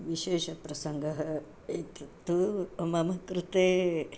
विशेषप्रसङ्गः एतत्तु मम कृते